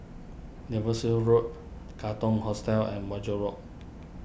Devonshire Road Katong Hostel and Wajek Road